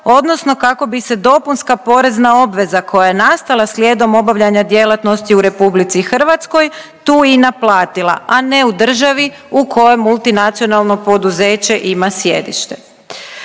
odnosno kako bi se dopunska porezna obveza koja je nastala slijedom obavljanja djelatnosti u RH tu i naplatila, a ne u državi u kojoj multinacionalno poduzeće ima sjedište.